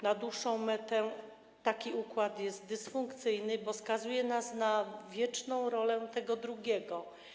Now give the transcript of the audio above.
Na dłuższą metę taki układ jest dysfunkcyjny, bo skazuje nas na wieczną rolę tego drugiego.